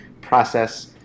process